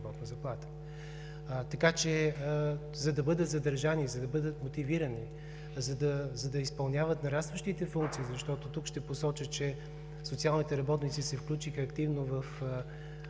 работна заплата. Така че, за да бъдат задържани, за да бъдат мотивирани, за да изпълняват нарастващите функции, защото тук ще посоча, че социалните работници се включиха активно в